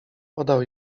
podał